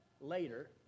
later